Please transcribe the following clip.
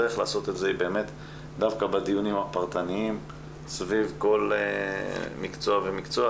הדרך לעשות את זה היא דווקא בדיונים פרטניים סביב כל מקצוע ומקצוע,